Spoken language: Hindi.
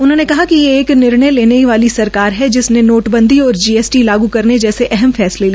उन्होंने कहा कि ये एक निर्णय लेने वाली सरकार है जिसने नोटबंदी और जीएसटी लागू करने जैसे अहम फैसले लिए